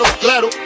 claro